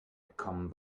gekommen